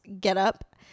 getup